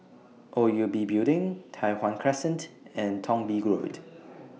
O U B Building Tai Hwan Crescent and Thong Bee Road